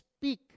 speak